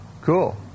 Cool